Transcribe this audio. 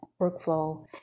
workflow